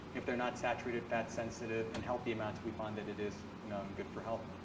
if they're not saturated fat sensitive, in healthy amounts, we find that it is good for health.